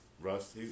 Russ